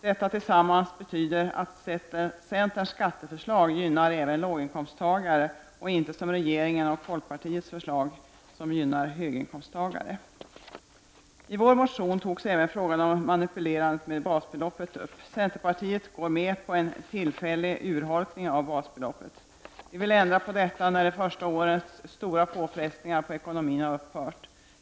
Detta tillsammans betyder att centerns skatteförslag gynnar även låginkomsttagare och inte som regeringens och folkpartiets förslag bara höginkomsttagare. I vår motion togs även manipulerandet med basbeloppet upp. Centerpartiet går med på en tillfällig urholkning av basbeloppet. Vi vill ändra på detta, när det första årets stora påfrestningar på ekonomin har upphört.